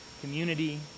community